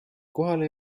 kohale